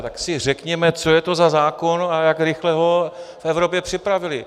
Tak si řekněme, co je to za zákon a jak rychle ho v Evropě připravili.